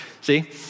See